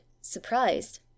surprised